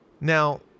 Now